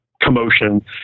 commotion